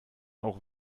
auch